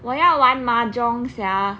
我要玩 mahjong sia